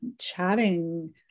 chatting